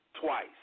twice